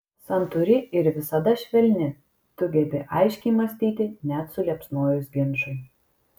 santūri ir visada švelni tu gebi aiškiai mąstyti net suliepsnojus ginčui